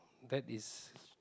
that is